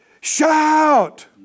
shout